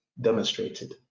demonstrated